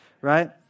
Right